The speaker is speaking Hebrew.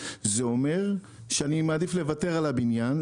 זה אומר שאני מעדיף לוותר על הבניין,